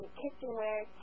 kitchenware